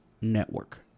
Network